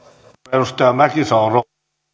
arvoisa